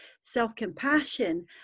self-compassion